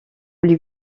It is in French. lui